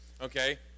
okay